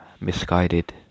misguided